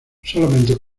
solamente